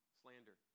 slander